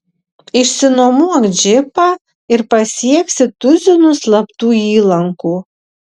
išsinuomok džipą ir pasieksi tuzinus slaptų įlankų